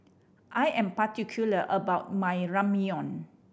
I am particular about my Ramyeon